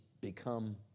become